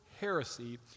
heresy